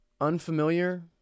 unfamiliar